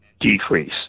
decrease